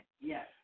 yes